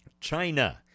China